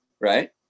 Right